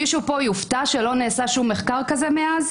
מישהו פה יופתע שלא נעשה שום מחקר כזה מאז?